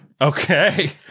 Okay